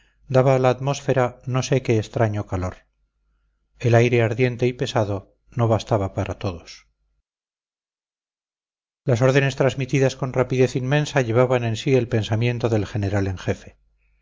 daba a la atmósfera no sé qué extraño calor el aire ardiente y pesado no bastaba para todos las órdenes trasmitidas con rapidez inmensa llevaban en sí el pensamiento del general en jefe